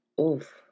Oof